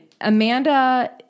amanda